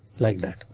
like that,